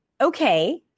okay